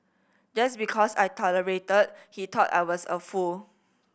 just because I tolerated he thought I was a fool